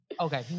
Okay